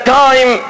time